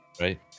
Right